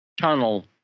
tunnel